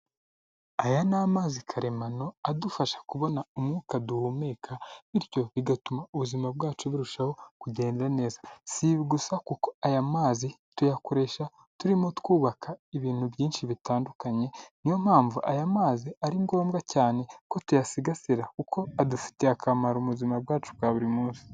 Aya ni amazi karemano adufasha kubona umwuka duhumeka bityo bigatuma ubuzima bwacu burushaho kugenda neza, si gusa kuko aya mazi tuyakoresha turimo twubaka ibintu byinshi bitandukanye niyo mpamvu aya mazi ari ngombwa cyane ko tuyasigasira kuko adufitiye akamaro mu buzima bwacu bwa buri munsi.